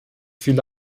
viele